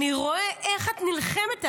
אני רואה איך את נלחמת עליי.